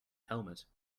helmet